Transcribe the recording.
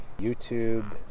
YouTube